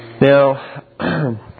Now